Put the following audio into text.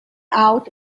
out